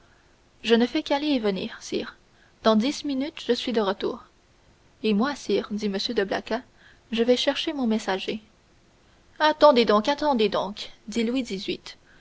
je ne fais qu'aller et venir sire dans dix minutes je suis de retour et moi sire dit m de blacas je vais chercher mon messager attendez donc attendez donc dit louis